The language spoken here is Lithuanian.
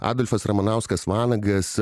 adolfas ramanauskas vanagas